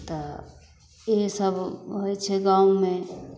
तऽ इएहसभ होइ छै गाँवमे